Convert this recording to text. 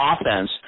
offense